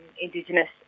Indigenous